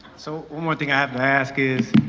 so one more thing i have to ask is,